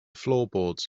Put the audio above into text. floorboards